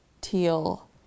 teal